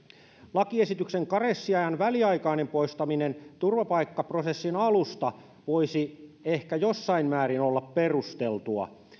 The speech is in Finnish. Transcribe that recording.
lakiesityksen karenssiajan väliaikainen poistaminen turvapaikkaprosessin alusta voisi ehkä jossain määrin olla perusteltua